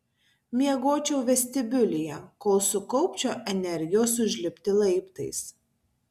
miegočiau vestibiulyje kol sukaupčiau energijos užlipti laiptais